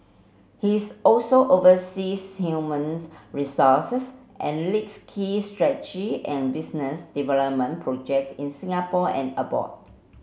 he's also oversees human resources and leads key and business development project in Singapore and abroad